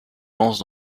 lance